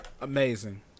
amazing